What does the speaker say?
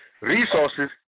resources